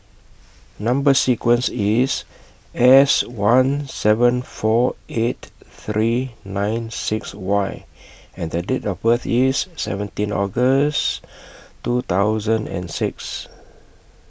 Number sequence IS S one seven four eight three nine six Y and Date of birth IS seventeen August two thousand and six